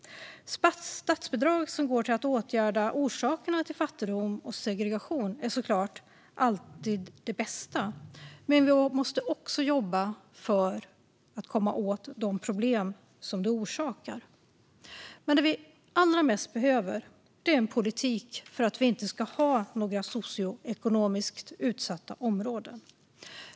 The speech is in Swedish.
Statsbidrag som går till att åtgärda orsakerna till fattigdom och segregation är såklart alltid det bästa, men vi måste också jobba för att komma åt de problem som det orsakar. Men det som vi allra mest behöver är en politik för att vi inte ska ha några socioekonomiskt utsatta områden.